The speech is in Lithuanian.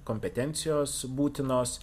kompetencijos būtinos